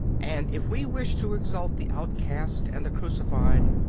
and if we wish to exalt the outcast and the crucified,